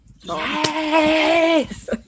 Yes